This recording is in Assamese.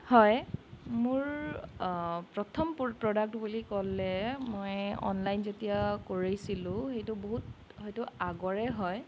হয় মোৰ প্ৰথম পূৰ প্ৰডাক্টটো বুলি ক'লে মই অনলাইন যেতিয়া কৰিছিলোঁ সেইটো বহুত সেইটো আগৰে হয়